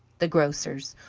the grocers'!